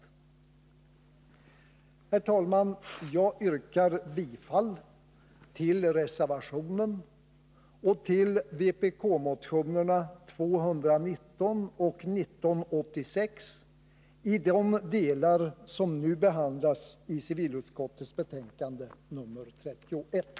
Herr talman! Jag yrkar bifall till reservationen och till vpk-motionerna 219 och 1986 i de delar som nu behandlas i civilutskottets betänkande nr 31.